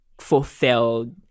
fulfilled